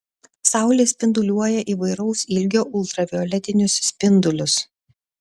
saulė spinduliuoja įvairaus ilgio ultravioletinius spindulius